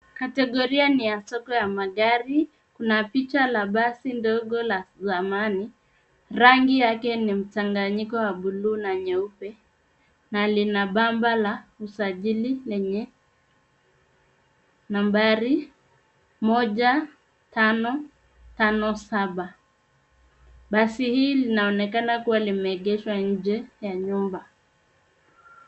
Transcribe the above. Kategoria ni ya soko ya magari. Kuna picha la basi ndogo la zamani, rangi yake ni mchanganyiko wa buluu na nyeupe na lina pamba la usajili lenye nambari moja tano tano saba. Basi hii linaonekana kuwa limeegeshwa nje ya nyumba.